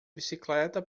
bicicleta